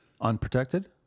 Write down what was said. Unprotected